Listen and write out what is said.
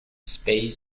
space